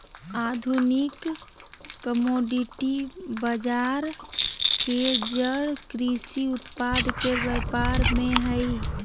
आधुनिक कमोडिटी बजार के जड़ कृषि उत्पाद के व्यापार में हइ